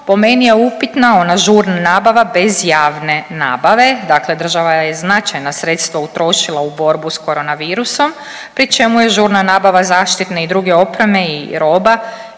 po meni je upitna ona žurna nabava bez javne nabave, dakle država je značajna sredstva utrošila u borbu s koronavirusom pri čemu je žurna nabava zaštitne i druge opreme i roba